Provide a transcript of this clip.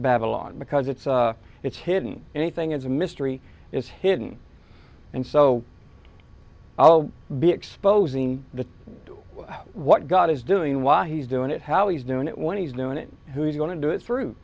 babylon because it's it's hidden anything it's a mystery is hidden and so i'll be exposing the what god is doing why he's doing it how he's doing it when he's doing it who's going to do it through